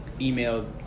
email